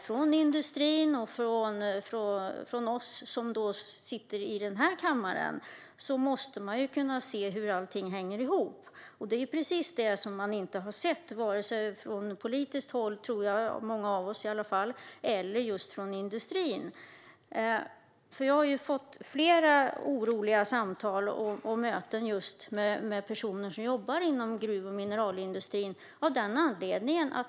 Både industrin och vi som sitter i den här kammaren måste kunna se hur allting hänger ihop. Men det är precis det som man inte har kunnat se vare sig från politiskt håll - det tror jag gäller många av oss i alla fall - eller från industrin. Jag har haft flera samtal och möten med oroliga personer som jobbar inom gruv och mineralindustrin.